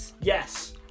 Yes